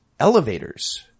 elevators